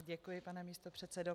Děkuji, pane místopředsedo.